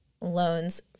loans